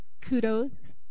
kudos